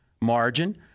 margin